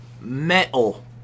metal